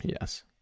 Yes